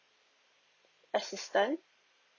assistant